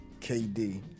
KD